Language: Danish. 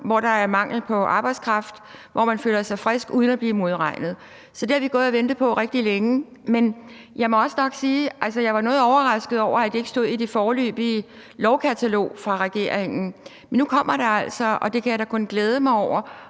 hvor der er mangel på arbejdskraft, hvis man føler sig frisk, uden at blive modregnet. Det har de gået og ventet på rigtig længe. Men jeg må nok også sige, at jeg var noget overrasket over, at det ikke stod i det foreløbige lovkatalog fra regeringen. Men nu kommer det altså, og det kan jeg da kun glæde mig over,